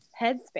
headspace